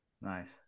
Nice